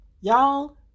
y'all